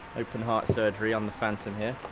open-heart surgery on the phantom here.